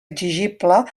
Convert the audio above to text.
exigible